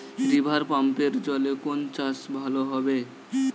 রিভারপাম্পের জলে কোন চাষ ভালো হবে?